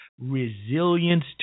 resilience